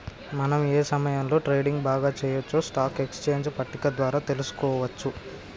మనం ఏ సమయంలో ట్రేడింగ్ బాగా చెయ్యొచ్చో స్టాక్ ఎక్స్చేంజ్ పట్టిక ద్వారా తెలుసుకోవచ్చు